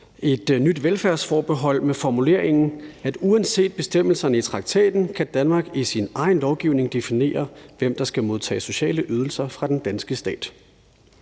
et nyt velfærdsforbehold med formuleringen: »Uanset bestemmelserne i traktaten kan Danmark i sin egen lovgivning definere, hvem der kan modtage sociale ydelser fra den danske stat«.